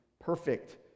perfect